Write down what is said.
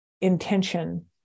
intention